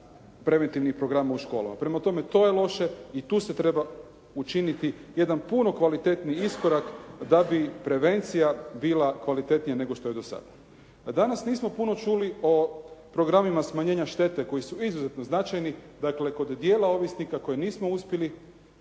preventivnog programa u školama. Prema tome, to je loše i tu se treba učiniti jedan puno kvalitetniji iskorak da bi prevencija bila kvalitetnija nego što je bila do sada. Danas nismo puno čuli o programima smanjenja štete koji su izuzetno značajni, dakle kod dijela ovisnika koje nismo uspjeli